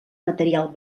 material